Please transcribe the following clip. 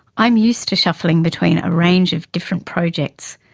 i'm used to shuffling between a range of different projects,